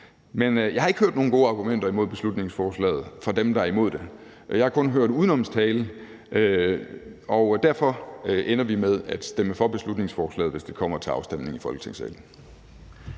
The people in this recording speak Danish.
Men jeg har ikke hørt nogen gode argumenter imod beslutningsforslaget fra dem, der er imod det. Jeg har kun hørt udenomstale, og derfor ender vi med at stemme for beslutningsforslaget, hvis det kommer til afstemning i Folketingssalen.